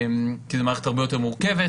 כי זו מערכת הרבה יותר מורכבת,